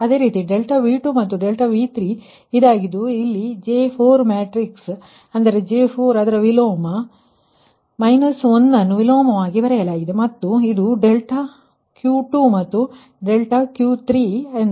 ಅದೇ ರೀತಿ ∆V2 ಮತ್ತು ∆V3 ಇದಾಗಿದ್ದು ಇಲ್ಲಿ J4 ಮ್ಯಾಟ್ರಿಕ್ಸ್ ಅಂದರೆ J4 ಅದರ ವಿಲೋಮ ಮೈನಸ್ 1 ಅನ್ನು ವಿಲೋಮವಾಗಿ ಬರೆಯಲಾಗಿದೆ ಮತ್ತು ಇದು ಡೆಲ್ಟಾ ಈ ವಿಷಯದಲ್ಲಿ Q2 ಮತ್ತು ಇದು∆Q3ಎಂದಾಗಿದೆ